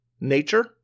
nature